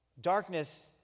Darkness